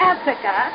Africa